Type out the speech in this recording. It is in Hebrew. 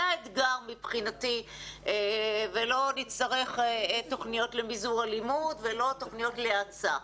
זה האתגר מבחינתי ולא נצטרך תוכניות למזעור אלימות ולא תוכניות להאצה.